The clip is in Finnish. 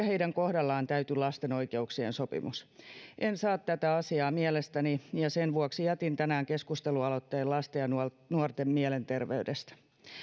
heidän kohdallaan täyty lasten oikeuksien sopimus en saa tätä asiaa mielestäni ja sen vuoksi jätin tänään keskustelualoitteen lasten ja nuorten nuorten mielenterveydestä